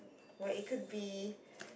but it could be